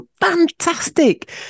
fantastic